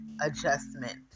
adjustment